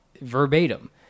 verbatim